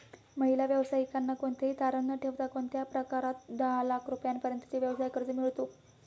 महिला व्यावसायिकांना कोणतेही तारण न ठेवता कोणत्या प्रकारात दहा लाख रुपयांपर्यंतचे व्यवसाय कर्ज मिळतो?